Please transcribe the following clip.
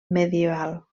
medieval